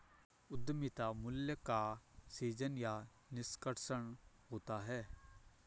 उद्यमिता मूल्य का सीजन या निष्कर्षण होता है